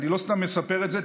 אני לא סתם מספר את זה,